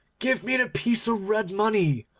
give me the piece of red money,